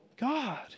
God